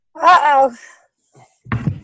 Uh-oh